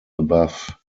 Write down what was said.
above